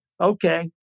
Okay